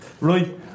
right